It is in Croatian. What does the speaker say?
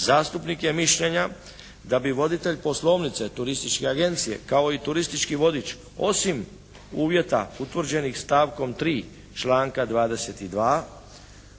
Zastupnik je mišljenja da bi voditelj poslovnice turističke agencije kao i turistički vodič osim uvjeta utvrđenih stavkom 3. članka 22.